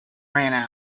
ran